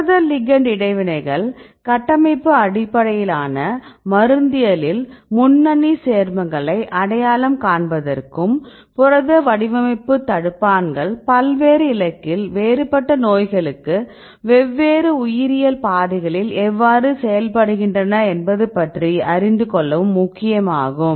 புரத லிகெண்ட் இடைவினைகள் கட்டமைப்பு அடிப்படையிலான மருந்தியலில் முன்னணி சேர்மங்களை அடையாளம் காண்பதற்கும் புரத வடிவமைப்பு தடுப்பான்கள் பல்வேறு இலக்கில் வேறுபட்ட நோய்களுக்கு வெவ்வேறு உயிரியல் பாதைகளில் எவ்வாறு செயல்படுகின்றன என்பது பற்றி அறிந்து கொள்ளவும் முக்கியமாகும்